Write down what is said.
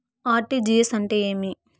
RTGS అంటే ఏమి